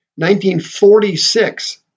1946